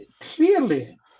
clearly